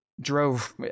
Drove